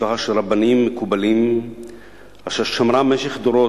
משפחה של רבנים מקובלים אשר שמרה במשך דורות